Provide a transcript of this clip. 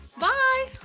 Bye